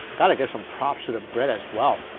gotta give some props to the bread as well.